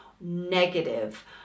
negative